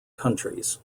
countries